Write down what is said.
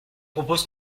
propose